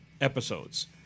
episodes